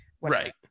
right